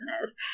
business